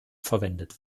verwendet